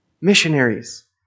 missionaries